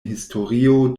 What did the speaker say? historio